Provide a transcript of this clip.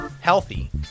healthy